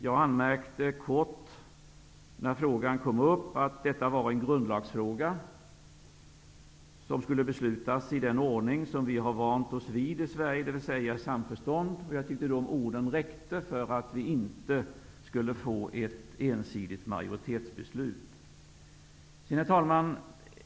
När frågan kom upp anmärkte jag kort att detta var en grundlagsfråga som skall beslutas i den ordning som vi har vant oss vid i Sverige, dvs. i samförstånd. Jag tyckte att dessa ord skulle räcka för att det inte skulle bli ett ensidigt majoritetsbeslut. Herr talman!